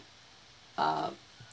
uh